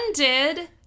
ended